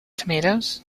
tomatoes